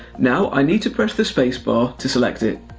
now i need to press the space bar to select it.